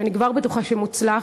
שאני כבר בטוחה שהוא מוצלח,